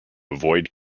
avoid